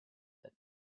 that